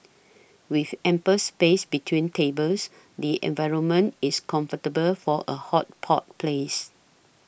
with ample space between tables the environment is comfortable for a hot pot place